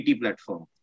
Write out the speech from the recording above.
platform